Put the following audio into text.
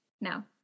Now